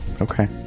Okay